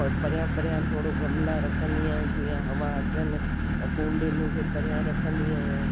परियां परियां थोरो गमला रखंदी आहियां जीअं हवा अचनि कूंडियन खे परियां रखंदी आहियां